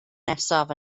nesaf